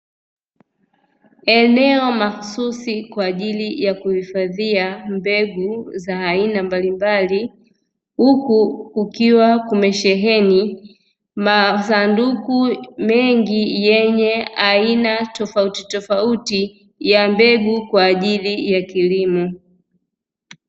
Eneo mahususi kwa ajili ya kuhifadhia mbegu za aina mbalimbali, huku kukiwa kumesheheni masanduku mengi yenye aina tofautitofauti ya mbegu kwa ajili ya kilimo.